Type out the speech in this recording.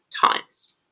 times